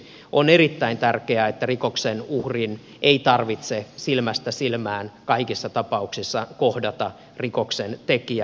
on erittäin tärkeää että rikoksen uhrin ei tarvitse silmästä silmään kaikissa tapauksissa kohdata rikoksentekijää